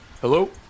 Hello